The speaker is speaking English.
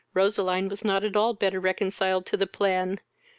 roseline was not at all better reconciled to the plan,